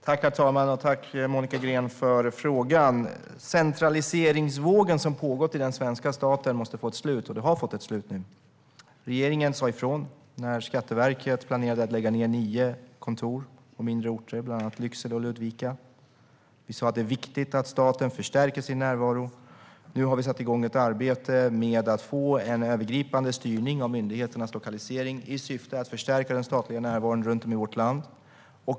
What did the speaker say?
Herr talman! Tack, Monica Green, för frågan! Den centraliseringsvåg som har pågått i den svenska staten måste få ett slut, och den har nu fått ett slut. Regeringen sa ifrån när Skatteverket planerade att lägga ned nio kontor på mindre orter, bland annat Lycksele och Ludvika. Vi sa att det är viktigt att staten förstärker sin närvaro. Nu har vi satt igång ett arbete med att få en övergripande styrning av myndigheternas lokalisering i syfte att förstärka den statliga närvaron runt om i vårt land.